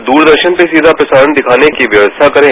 उसका दूरदर्शन पर सीघा प्रसारण दिखाने की व्यवस्था करे